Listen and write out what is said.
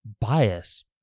bias